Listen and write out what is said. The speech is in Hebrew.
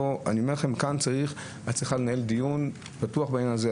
כאן צריך לנהל דיון פתוח בעניין הזה.